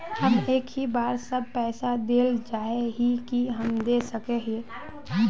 हम एक ही बार सब पैसा देल चाहे हिये की हम दे सके हीये?